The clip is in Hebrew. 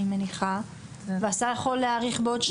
מניחה והשר יכול להאריך בעוד שנתיים,